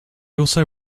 also